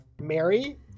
Mary